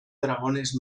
dragones